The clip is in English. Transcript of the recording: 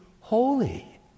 holy